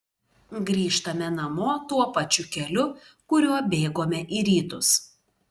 grįžtame namo tuo pačiu keliu kuriuo bėgome į rytus